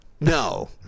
No